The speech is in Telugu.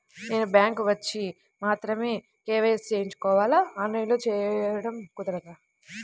నేను బ్యాంక్ వచ్చి మాత్రమే కే.వై.సి చేయించుకోవాలా? ఆన్లైన్లో చేయటం కుదరదా?